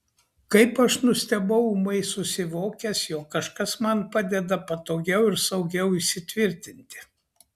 kaip aš nustebau ūmai susivokęs jog kažkas man padeda patogiau ir saugiau įsitvirtinti